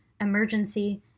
emergency